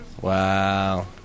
Wow